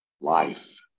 life